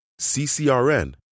CCRN